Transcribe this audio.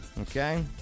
okay